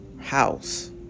House